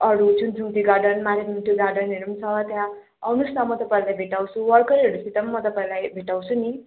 अरू Chungthung tea garden Meribong tea गार्डनहरू पनि छ त्यहाँ आउनु होस् न म तपाईँहरूलाई भेटाउँछु वर्कर्सहरूसित म तपाईँलाई भेटाउँछु नि